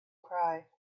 cry